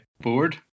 board